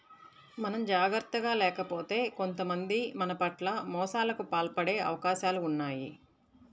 మనం జాగర్తగా లేకపోతే కొంతమంది మన పట్ల మోసాలకు పాల్పడే అవకాశాలు ఉన్నయ్